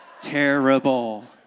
terrible